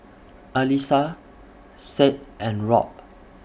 Alissa Sade and Rob